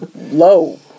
low